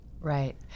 Right